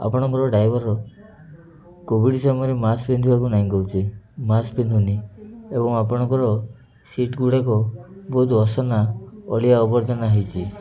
ଆପଣଙ୍କର driver COVID ସମୟରେ mask ପିନ୍ଧିବାକୁ ନାଇଁ କହୁଛି ମାସ୍କ ପିନ୍ଧୁନି ଏବଂ ଆପଣଙ୍କର ସିଟ୍ ଗୁଡ଼ାକ ବହୁତ ଅସନା ଅଳିଆ ଅବର୍ଜନା ହେଇଛି